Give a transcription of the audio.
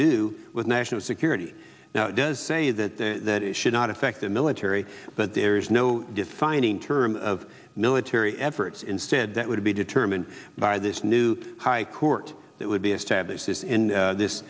do with national security now it does say that that it should not affect the military but there is no defining terms of military efforts instead that would be determined by this new high court that would be established this in this